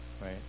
right